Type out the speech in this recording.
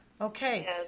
Okay